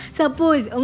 suppose